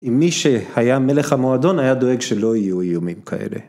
אם מי שהיה מלך המועדון היה דואג שלא יהיו איומים כאלה.